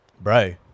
Bro